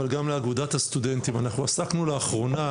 אבל גם לאגודת הסטודנטים עסקנו לאחרונה